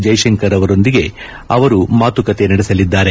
ಜೈಶಂಕರ್ ಅವರೊಂದಿಗೆ ಮಾತುಕತೆ ನಡೆಸಲಿದ್ದಾರೆ